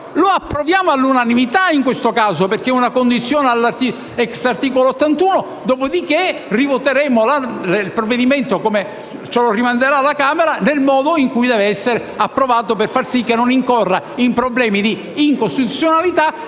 questo caso all'unanimità, perché è una condizione *ex* articolo 81), dopo di che rivoteremo il provvedimento come ce lo rimanderà la Camera, nel modo in cui deve essere approvato per far sì che non incorra in problemi di incostituzionalità